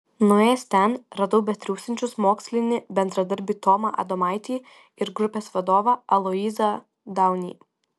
nuėjęs ten radau betriūsiančius mokslinį bendradarbį tomą adomaitį ir grupės vadovą aloyzą daunį